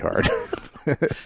hard